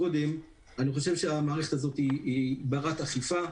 אני חושב שהמערכת הזאת היא ברת אכיפה.